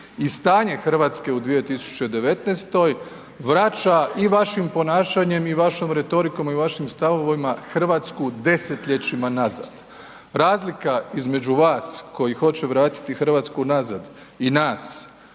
i stanje Hrvatske u 2019. vraća i vašim ponašanjem i vašom retorikom i vašim stavovima Hrvatsku desetljećima nazad. Razlika između vas koji hoće vratiti Hrvatsku nazad i nas